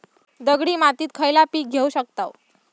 दगडी मातीत खयला पीक घेव शकताव?